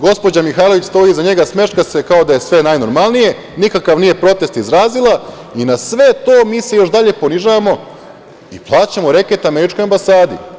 Gospođa Mihajlović stoji iza njega, smeška se, kao da je sve najnormalnije, nikakav protest nije izrazila i na sve to mi se još dalje ponižavamo i plaćamo reket američkoj ambasadi.